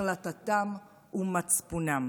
החלטתם ומצפונם".